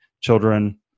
children